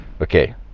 Okay